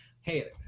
hey